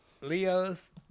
Leo's